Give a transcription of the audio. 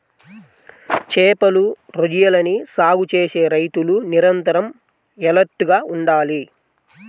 చేపలు, రొయ్యలని సాగు చేసే రైతులు నిరంతరం ఎలర్ట్ గా ఉండాలి